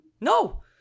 No